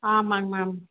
ஆமாங்க மேம்